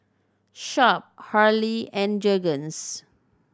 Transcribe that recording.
Sharp Hurley and Jergens